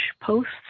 posts